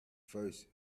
first